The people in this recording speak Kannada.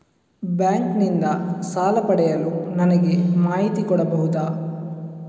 ಬ್ಯಾಂಕ್ ನಿಂದ ಸಾಲ ಪಡೆಯಲು ನನಗೆ ಮಾಹಿತಿ ಕೊಡಬಹುದ?